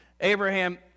Abraham